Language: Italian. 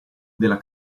della